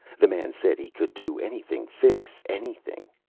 the man said he could do anything, fix anything.